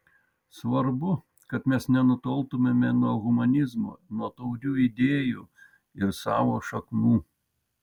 svarbu kad mes nenutoltumėme nuo humanizmo nuo taurių idėjų ir savo šaknų